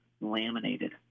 laminated